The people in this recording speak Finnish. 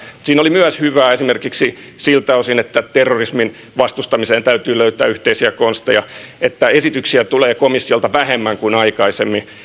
siinä oli hyvää esimerkiksi siltä osin että terrorismin vastustamiseen täytyy löytää yhteisiä konsteja että esityksiä tulee komissiolta vähemmän kuin aikaisemmin